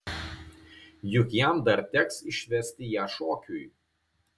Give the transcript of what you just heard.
juk jam dar teks išvesti ją šokiui